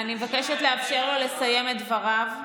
אני מבקשת לאפשר לו לסיים את דבריו.